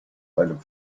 einem